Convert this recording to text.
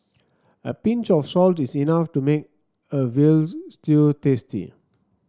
a pinch of salt is enough to make a veal stew tasty